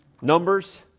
Numbers